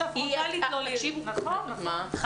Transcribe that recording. היא